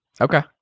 Okay